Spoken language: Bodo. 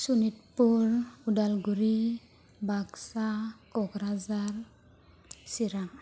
शणितपुर उदालगुरि बाकसा क'क्राझार चिरां